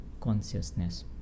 consciousness